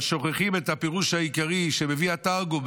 אבל שוכחים את הפירוש העיקרי שמביא התרגום,